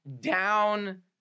down